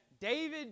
David